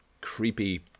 creepy